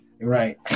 Right